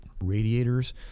radiators